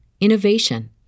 innovation